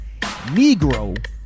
Negro